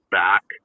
back